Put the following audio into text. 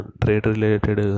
trade-related